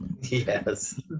Yes